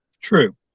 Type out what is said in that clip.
True